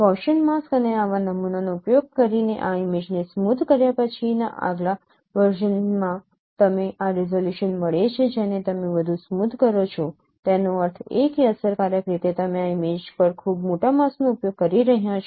Gaussian mask અને આવા નમૂનાનો ઉપયોગ કરીને આ ઇમેજને સ્મૂધ કર્યા પછીના આગલા વર્ઝનમાં તમને આ રીઝોલ્યુશન મળે છે જેને તમે વધુ સ્મૂધ કરો છો તેનો અર્થ એ કે અસરકારક રીતે તમે આ ઇમેજ પર ખૂબ મોટા માસ્કનો ઉપયોગ કરી રહ્યાં છો